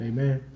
Amen